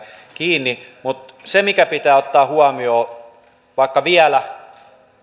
kiinni mutta se mikä pitää ottaa huomioon vaikka vielä se